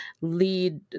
lead